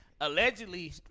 Allegedly